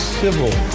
civil